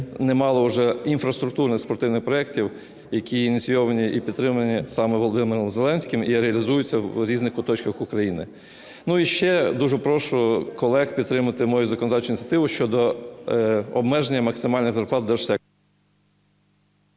немало вже інфраструктурних спортивних проектів, які ініційовані і підтримані саме Володимиром Зеленським, і реалізуються у різних куточках України. І ще дуже прошу колег підтримати мою законодавчу ініціативу щодо обмеження максимальне зарплат держсектору.